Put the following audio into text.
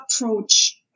approach